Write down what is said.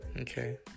Okay